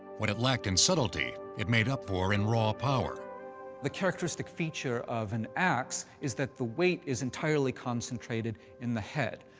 what it lacked in subtlety, it made up for in raw power. forgeng the characteristic feature of an axe is that the weight is entirely concentrated in the head.